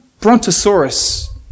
brontosaurus